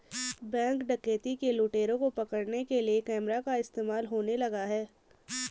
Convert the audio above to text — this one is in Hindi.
बैंक डकैती के लुटेरों को पकड़ने के लिए कैमरा का इस्तेमाल होने लगा है?